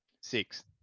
six